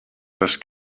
das